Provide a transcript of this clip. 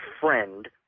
friend